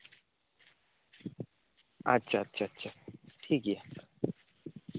ᱟᱪᱪᱷᱟ ᱟᱪᱪᱷᱟ ᱴᱷᱤᱠ ᱜᱮᱭᱟ